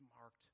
marked